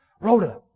Rhoda